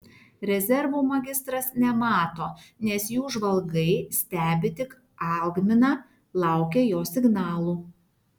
rezervų magistras nemato nes jų žvalgai stebi tik algminą laukia jo signalų